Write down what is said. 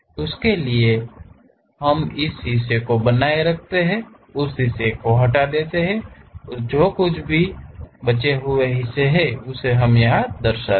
उसके लिए हम इस हिस्से को बनाए रखते हैं उस हिस्से को हटा दें जो कुछ भी बचे हुए हिस्से हैं उसे हम दर्शाते है